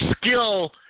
skill